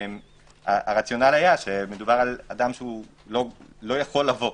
הרציונל היה של אדם שלא יכול לבוא,